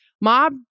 Mob